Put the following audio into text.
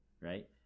right